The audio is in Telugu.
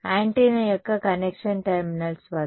యాంటెన్నా యొక్క కనెక్షన్ టెర్మినల్స్ వద్ద